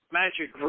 magic